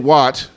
Watt